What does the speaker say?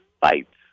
fights